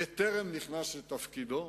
בטרם נכנס לתפקידו,